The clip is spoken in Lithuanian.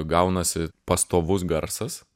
gaunasi pastovus garsas